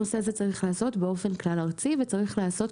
הנושא הזה צריך להיעשות באופן כלל ארצי וצריך להיעשות,